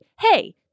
hey